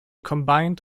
combined